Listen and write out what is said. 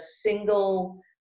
single